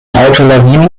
autolawinen